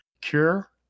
cure